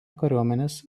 kariuomenės